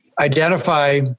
identify